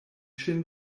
ŝin